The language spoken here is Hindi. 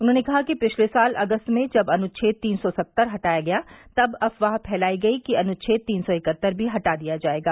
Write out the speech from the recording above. उन्होंने कहा कि पिछले साल अगस्त में जब अनुच्छेद तीन सौ सत्तर हटाया गया तब अफवाह फैलाई गई कि अनुच्छेद तीन सौ इकहत्तर भी हटा दिया जाएगा